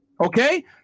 Okay